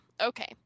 okay